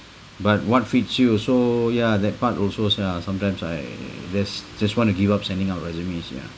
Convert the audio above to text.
but what fits you so ya that part also lah sometimes I that's just want to give up sending out resumes ya